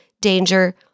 danger